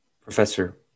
Professor